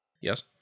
Yes